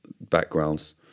backgrounds